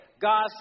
God